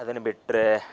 ಅದನ್ನು ಬಿಟ್ಟರೆ